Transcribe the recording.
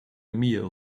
meal